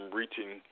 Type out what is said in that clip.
reaching